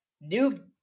new